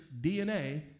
DNA